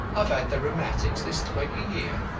i've had the rheumatics this twenty year.